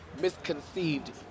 Misconceived